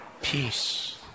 peace